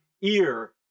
ear